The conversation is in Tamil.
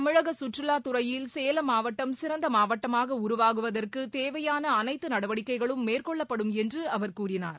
தமிழக கற்றுலாத்துறையில் சேலம் மாவட்டம் சிறந்த மாவட்டமாக உருவாகுவதற்கு தேவையான அனைத்த நடவடிக்கைகளும் மேற்கொள்ளப்படும் என்று அவர் கூறினார்